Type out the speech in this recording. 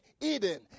Eden